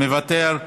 מוותר,